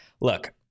Look